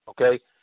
Okay